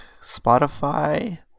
Spotify